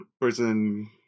person